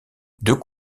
deux